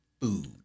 food